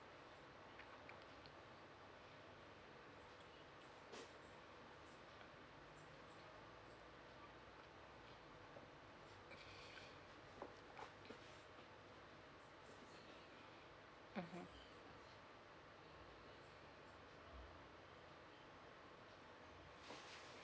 mmhmm